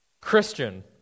Christian